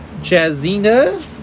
Jazina